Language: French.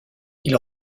ils